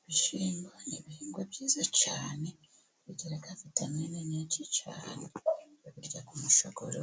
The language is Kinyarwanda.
Ibishyimbo ni ibihingwa byiza cyane bigira vitamini nyinshi cyane, babirya ku mushogoro,